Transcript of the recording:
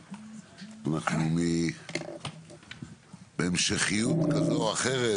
אנחנו בהמשכיות כזו או אחרת